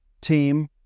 Team